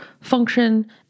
function